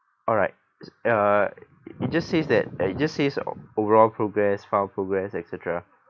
alright uh it just says that uh it just says overall progress file progress et cetera